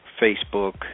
Facebook